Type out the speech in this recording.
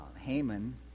Haman